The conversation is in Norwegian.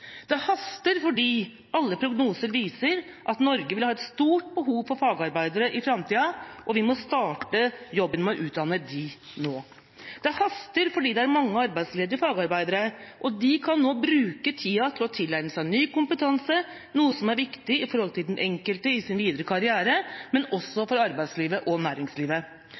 det haster. Det haster fordi alle prognoser viser at Norge vil ha et stort behov for fagarbeidere i framtida, og vi må starte jobben med å utdanne dem nå. Det haster fordi det er mange arbeidsledige fagarbeidere, og de kan nå bruke tida til å tilegne seg ny kompetanse, noe som er viktig for den enkelte i den videre karrieren, men også for arbeidslivet og næringslivet.